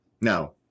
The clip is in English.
Now